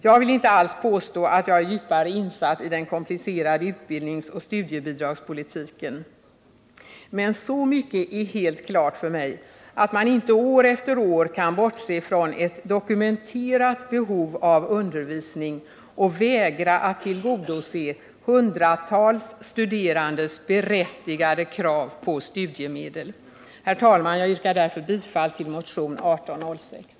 Jag vill inte alls påstå att jag är djupare insatt i den komplicerade utbildningsoch studiebidragspolitiken, men så mycket är helt klart för mig att man inte år efter år kan bortse från ett dokumenterat behov av undervisning och vägra att tillgodose hundratals studerandes berättigade krav på studiemedel. Herr talman! Jag yrkar därför bifall till motionen 1806.